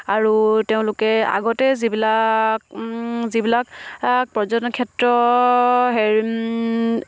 আৰু তেওঁলোকে আগতে যিবিলাক পৰ্যটন ক্ষেত্ৰ হেৰি